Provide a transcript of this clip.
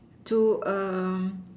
to um